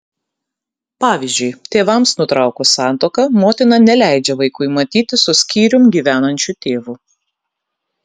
pavyzdžiui tėvams nutraukus santuoką motina neleidžia vaikui matytis su skyrium gyvenančiu tėvu